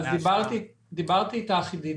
אז דיברתי איתך עידית,